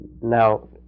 Now